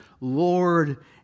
Lord